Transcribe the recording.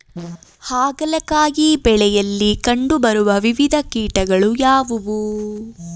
ಹಾಗಲಕಾಯಿ ಬೆಳೆಯಲ್ಲಿ ಕಂಡು ಬರುವ ವಿವಿಧ ಕೀಟಗಳು ಯಾವುವು?